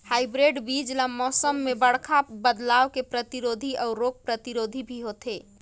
hybrid बीज ल मौसम में बड़खा बदलाव के प्रतिरोधी अऊ रोग प्रतिरोधी भी होथे